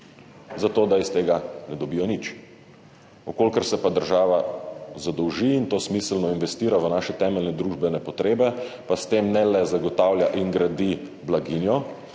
zato da iz tega ne dobijo nič. Če se pa država zadolži in to smiselno investira v naše temeljne družbene potrebe, pa s tem ne le zagotavlja in gradi blaginjo,